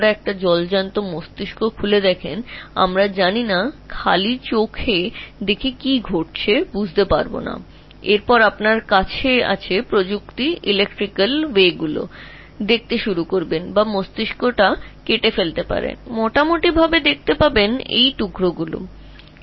একটি জীবন্ত মস্তিষ্ক খোল আমরা জানি না খালি চোখে কী করা উচিত আসলে কী ঘটছে তা জানি না তবে তোমার কাছে প্রযুক্তি রয়েছে বৈদ্যুতিক তরঙ্গগুলির সন্ধান শুরু কর বা মস্তিষ্কটি কাট এবং তুমি প্রচুর পরিমাণে এই টুকরোগুলির খণ্ডগুলি দেখতে পাবে